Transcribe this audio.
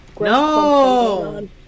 No